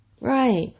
Right